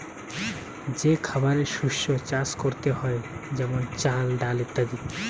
যে খাবারের শস্য চাষ করতে হয়ে যেমন চাল, ডাল ইত্যাদি